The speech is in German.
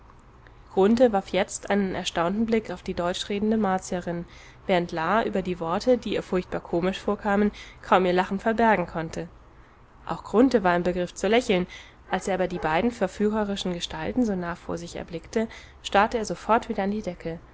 warf jetzt einen erstaunten blick auf die deutsch redende martierin während la über die worte die ihr furchtbar komisch vorkamen kaum ihr lachen verbergen konnte auch grunthe war im begriff zu lächeln als er aber die beiden verführerischen gestalten so nahe vor sich erblickte starrte er sofort wieder an die decke